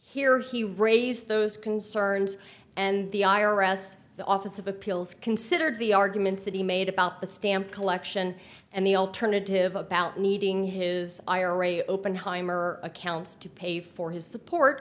here he raised those concerns and the i r s the office of appeals considered the arguments that he made about the stamp collection and the alternative about needing his ira open heimer account to pay for his support